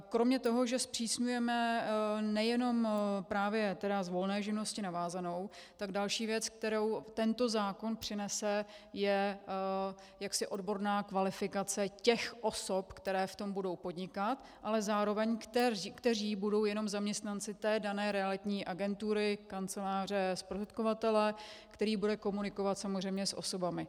Kromě toho, že zpřísňujeme nejenom právě z volné živnosti na vázanou, tak další věc, kterou tento zákon přinese, je odborná kvalifikace těch osob, které v tom budou podnikat, ale zároveň které budou jen zaměstnanci té dané realitní agentury, kanceláře, zprostředkovatele, který bude komunikovat samozřejmě s osobami.